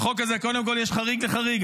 בחוק הזה, קודם כול, יש חריג לחריג.